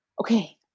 okay